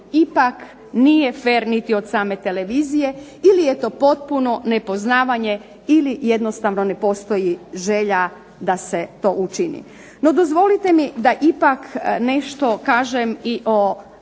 ipak nije fer od same televizije ili je to potpuno nepoznavanje ili jednostavno ne postoji želja da se to učini. No, dozvolite mi da ipak nešto kažem i o